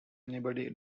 anybody